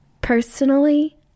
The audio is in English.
Personally